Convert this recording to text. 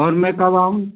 और मैं कब आऊँ